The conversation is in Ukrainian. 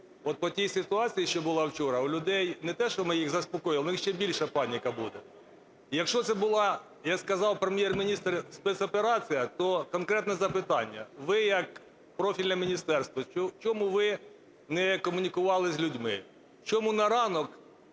от по тій ситуації, що була вчора, у людей не те, що ми їх заспокоїли, у них ще більша паніка буде. Якщо це була, як сказав Прем'єр-міністр, спецоперація, то конкретне запитання. Ви як профільне міністерство, чому ви не комунікували з людьми? Чому на ранок